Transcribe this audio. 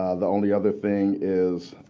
ah the only other thing is,